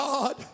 God